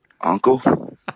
Uncle